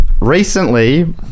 recently